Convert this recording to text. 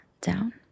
down